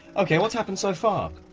ok, what's happened so far? er.